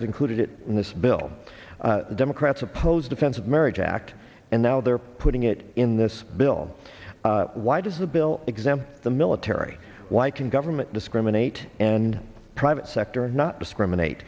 have included it in this bill democrats oppose defense of marriage act and now they're putting it in this bill why does the bill exempt the military why government discriminate and private sector not discriminat